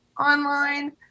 online